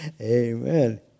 Amen